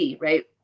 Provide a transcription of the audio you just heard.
right